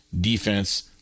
defense